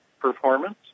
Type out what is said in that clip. performance